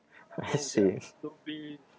I see